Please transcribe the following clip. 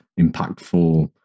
impactful